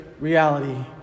reality